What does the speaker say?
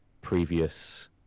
previous